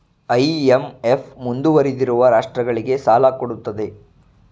IMF ಮುಂದುವರಿದಿರುವ ರಾಷ್ಟ್ರಗಳಿಗೆ ಸಾಲ ಕೊಡುತ್ತದೆ